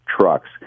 trucks